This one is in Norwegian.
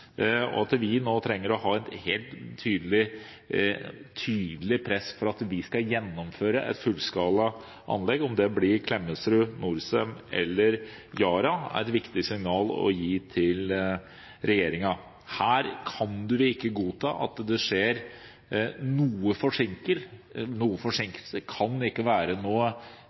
At vi nå trenger å ha et helt tydelig press for at de skal gjennomføre et fullskala anlegg, om det blir Klemetsrud, Norcem eller Yara, er et viktig signal å gi til regjeringen. Vi kan ikke godta at det skjer